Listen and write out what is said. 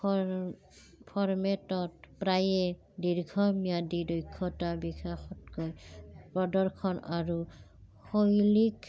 ফৰ্মেটত প্ৰায়ে দীৰ্ঘম্যাদী দক্ষতা বিকাশতকৈ প্ৰদৰ্শন আৰু শৈলীক